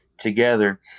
together